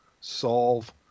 solve